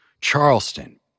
Charleston